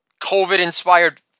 COVID-inspired